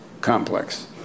complex